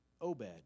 Obed